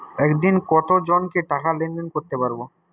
একদিন কত জনকে টাকা লেনদেন করতে পারবো?